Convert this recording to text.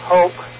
hope